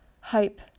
hope